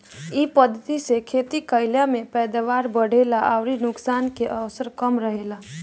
इ पद्धति से खेती कईला में पैदावार बढ़ेला अउरी नुकसान के अवसर कम रहेला